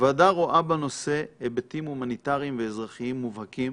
הוועדה רואה בנושא היבטים הומניטריים ואזרחיים מובהקים,